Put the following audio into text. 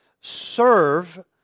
serve